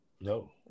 No